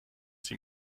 sie